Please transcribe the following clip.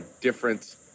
different